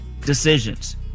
decisions